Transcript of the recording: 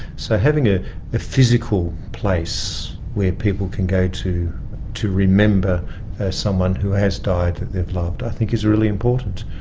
so having a physical place where people can go to to remember someone who has died that they've loved i think is really important.